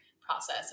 process